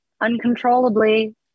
uncontrollably